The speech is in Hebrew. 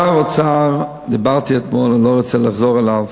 שר האוצר, דיברתי אתמול, אני לא רוצה לחזור עליו,